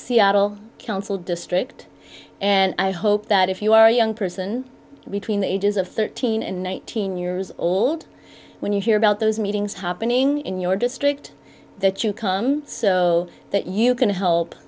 seattle council district and i hope that if you are a young person between the ages of thirteen and nineteen years old when you hear about those meetings happening in your district that you come so that you can help